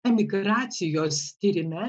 emigracijos tyrime